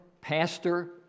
pastor